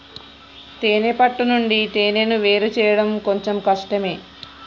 తేనే పట్టు నుండి తేనెను వేరుచేయడం కొంచెం కష్టం